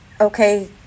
okay